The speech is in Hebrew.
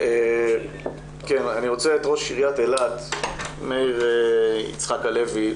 ראש עירית אילת מאיר יצחק הלוי.